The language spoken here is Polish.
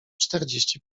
czterdzieści